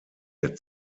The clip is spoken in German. der